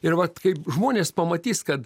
ir vat kaip žmonės pamatys kad